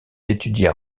étudia